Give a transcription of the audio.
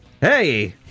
Hey